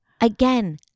Again